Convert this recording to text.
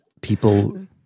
People